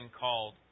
called